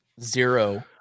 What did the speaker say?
zero